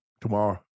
tomorrow